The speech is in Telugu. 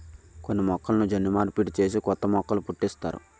కొన్ని మొక్కలను జన్యు మార్పిడి చేసి కొత్త మొక్కలు పుట్టిస్తారు